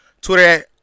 Twitter